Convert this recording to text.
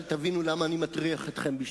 השני